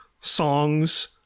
songs